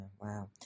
wow